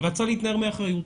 רצה להתנער מאחריות.